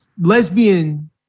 lesbian